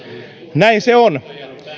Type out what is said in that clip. näin se on